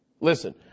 Listen